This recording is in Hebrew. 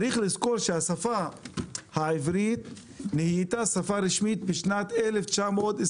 צריך לזכור שהשפה העברית נהייתה שפה רשמית בשנת 1922,